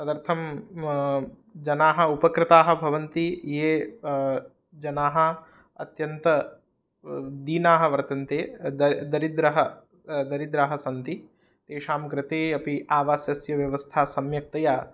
तदर्थं जनाः उपकृताः भवन्ति ये जनाः अत्यन्तं दीनाः वर्तन्ते द् दरिद्रः दरिद्राः सन्ति तेषां कृते अपि आवासस्य व्यवस्था सम्यक्तया